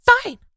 Fine